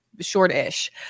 Short-ish